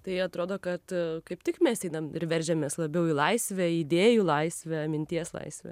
tai atrodo kad kaip tik mes einam ir veržiamės labiau į laisvę į idėjų laisvę minties laisvę